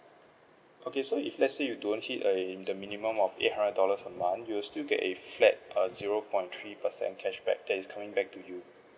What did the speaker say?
okay so if let's say you don't hit um the minimum of eight hundred dollars a month you will still get a flat err zero point three percent cashback that is coming back to you